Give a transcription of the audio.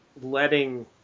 letting